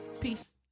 Peace